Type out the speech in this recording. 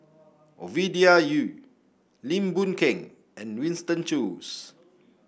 Ovidia Yu Lim Boon Keng and Winston Choos